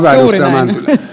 arvoisa puhemies